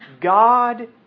God